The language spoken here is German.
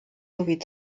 sowie